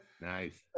Nice